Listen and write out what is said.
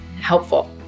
helpful